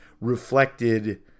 reflected